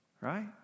Right